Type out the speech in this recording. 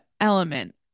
element